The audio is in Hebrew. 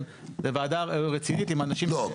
זו ועדה רצינית עם אנשים --- לא,